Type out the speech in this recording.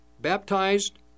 Baptized